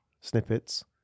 snippets